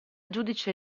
giudice